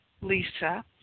Lisa